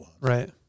Right